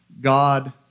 God